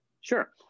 Sure